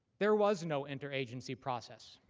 there was no interagency process.